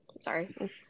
sorry